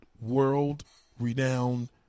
world-renowned